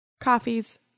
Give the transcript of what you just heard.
coffees